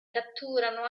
catturano